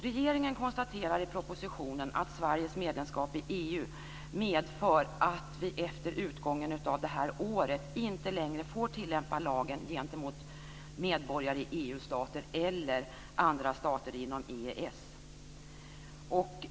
Regeringen konstaterar i propositionen att Sveriges medlemskap i EU medför att vi efter utgången av det här året inte längre får tillämpa lagen gentemot medborgare i EU-stater eller andra stater inom EES.